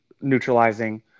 neutralizing